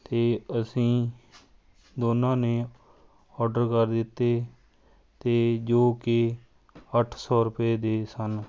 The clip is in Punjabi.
ਅਤੇ ਅਸੀਂ ਦੋਨਾਂ ਨੇ ਔਡਰ ਕਰ ਦਿੱਤੇ ਅਤੇ ਜੋ ਕਿ ਅੱਠ ਸੌ ਰੁਪਏ ਦੇ ਸਨ